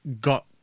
got